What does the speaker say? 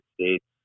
States